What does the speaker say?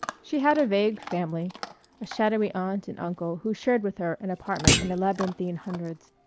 she had a vague family a shadowy aunt and uncle who shared with her an apartment in the labyrinthine hundreds.